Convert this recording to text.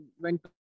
went